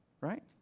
Right